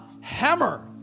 hammer